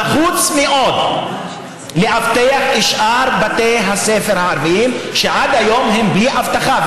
נחוץ מאוד לאבטח את שאר בתי הספר הערביים שעד היום הם בלי אבטחה,